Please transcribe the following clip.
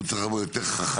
הוא צריך לבוא יותר חכם,